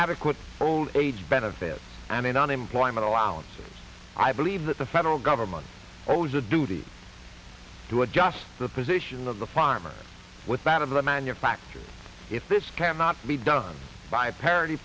adequate old age benefits and unemployment allowances i believe that the federal government owes a duty to adjust the position of the farmer with that of the manufacturers if this cannot be done by parity